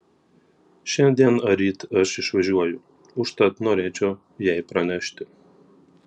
šiandien ar ryt aš išvažiuoju užtat norėčiau jai pranešti